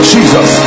Jesus